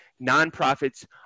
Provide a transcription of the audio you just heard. nonprofits